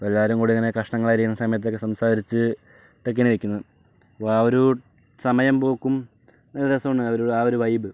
അപ്പോൾ എല്ലാവരും കൂടെ ഇങ്ങനെ കഷ്ണങ്ങൾ അരിയുന്ന സമയത്തൊക്കെ സംസാരിച്ചു ഒക്കെയാണ് വെക്കുന്നത് അപ്പോൾ ആ ഒരു സമയം പോക്കും രസമാണ് ആ ഒരു വൈബ്